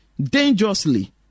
dangerously